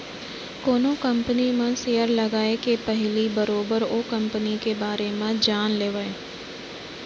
कोनो कंपनी म सेयर लगाए के पहिली बरोबर ओ कंपनी के बारे म जान लेवय